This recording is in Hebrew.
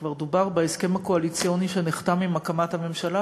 וכבר דובר בהסכם הקואליציוני שנחתם עם הקמת הממשלה,